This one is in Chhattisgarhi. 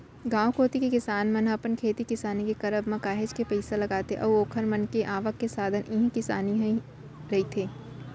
गांव कोती के किसान मन ह अपन खेती किसानी के करब म काहेच के पइसा लगाथे अऊ ओखर मन के आवक के साधन इही किसानी ह ही रहिथे